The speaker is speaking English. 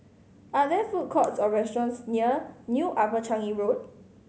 are there food courts or restaurants near New Upper Changi Road